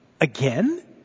again